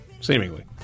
seemingly